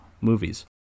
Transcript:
movies